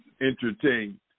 entertained